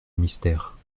mystère